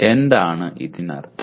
എന്താണ് ഇതിനർത്ഥം